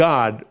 God